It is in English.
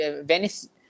venice